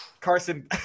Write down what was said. Carson